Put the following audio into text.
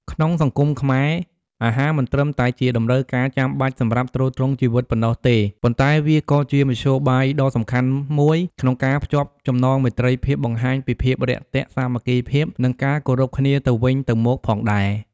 ក្នុងសង្គមខ្មែរ អាហារមិនត្រឹមតែជាតម្រូវការចាំបាច់សម្រាប់ទ្រទ្រង់ជីវិតប៉ុណ្ណោះទេ ប៉ុន្តែវាក៏ជាមធ្យោបាយដ៏សំខាន់មួយក្នុងការភ្ជាប់ចំណងមេត្រីភាព បង្ហាញពីការរាក់ទាក់ សាមគ្គីភាព និងការគោរពគ្នាទៅវិញទៅមកផងដែរ។